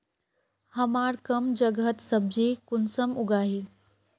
हमार कम जगहत सब्जी कुंसम उगाही?